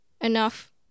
enough